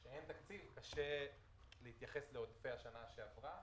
כאשר אין תקציב קשה להתייחס לעודפי השנה שעברה.